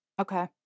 Okay